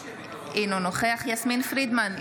אינו נוכח יסמין פרידמן,